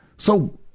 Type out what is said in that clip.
so,